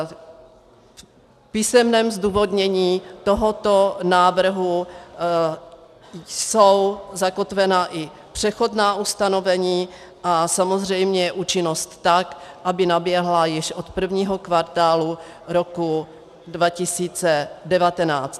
V písemném zdůvodnění tohoto návrhu jsou zakotvena i přechodná ustanovení a samozřejmě účinnost tak, aby naběhla již od prvního kvartálu roku 2019.